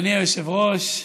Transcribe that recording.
אדוני היושב-ראש,